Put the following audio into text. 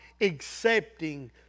accepting